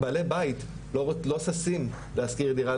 בעלי בית לא ששים להשכיר דירה,